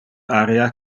area